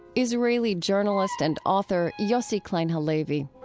israeli journalist and author yossi klein halevi.